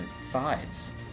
thighs